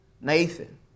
Nathan